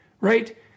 right